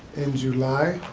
in july.